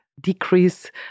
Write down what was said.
decrease